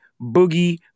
boogie